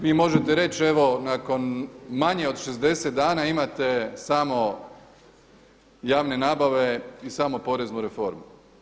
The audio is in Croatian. Vi možete reći evo nakon manje od 60 dana imate samo javne nabave i samo poreznu reformu.